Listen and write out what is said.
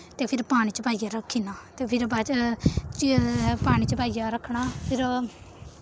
ते फिर पानी च पाइये रखी ना ते फिर बाच च पानी च पाइये रखना फिर